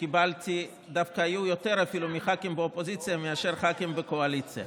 היו אפילו דווקא יותר מח"כים באופוזיציה מאשר מח"כים בקואליציה.